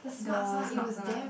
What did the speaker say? the smart fund ah